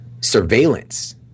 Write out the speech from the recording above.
surveillance